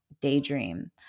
daydream